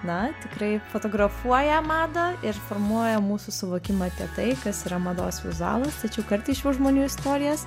na tikrai fotografuoja madą ir formuoja mūsų suvokimą apie tai kas yra mados vizualas tačiau kartais šių žmonių istorijas